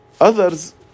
Others